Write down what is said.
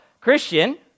Christian